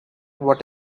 what